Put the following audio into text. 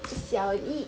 小丽